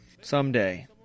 Someday